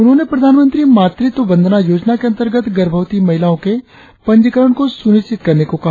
उन्होंने प्रधानमंत्री मातृत्व वंदना योजना के अंतर्गत गर्भवती महिलाओं के पंजीकरण को सुनिश्चित करने को कहा